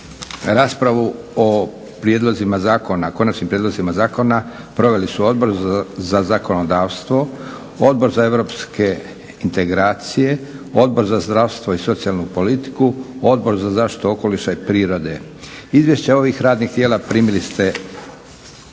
Raspravu o konačnim prijedlozima zakona proveli su Odbor za zakonodavstvo, Odbor za europske integracije, Odbor za zdravstvo i socijalnu politiku, Odbor za zaštitu okoliša i prirode. Izvješća ovih radnih tijela primili ste na